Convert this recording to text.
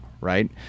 right